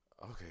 Okay